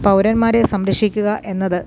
പൗരന്മാരെ സംരക്ഷിക്കുക എന്നത്